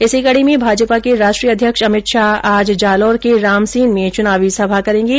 इसी कडी में भाजपा के राष्ट्रीय अध्यक्ष अमित शाह आज जालौर के रामसीन में चुनावी सभा करेंगे